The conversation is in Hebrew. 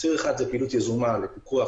ציר אחד הוא פעילות יזומה לפיקוח,